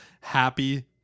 happy